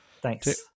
thanks